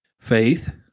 faith